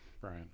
Brian